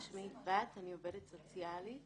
שמי יפעת, אני עובדת סוציאלית.